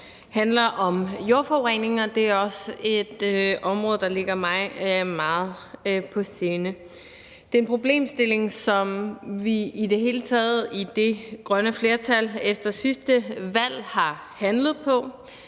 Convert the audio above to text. her handler om jordforurening, og det er også et område, der ligger mig meget på sinde. Det er en problemstilling, som vi, det grønne flertal, efter sidste valg i det